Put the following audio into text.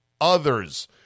others